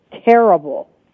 terrible